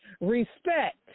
Respect